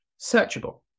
searchable